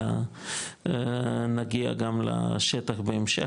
אלא מגיע גם לשטח בהמשך,